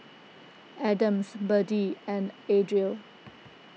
Adams Biddie and Adriel